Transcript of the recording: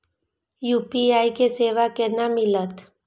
UPI के सेवा केना मिलत?